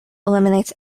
eliminates